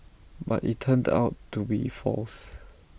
but IT turned out to be false